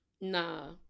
Nah